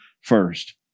first